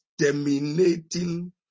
terminating